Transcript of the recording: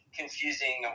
confusing